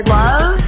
love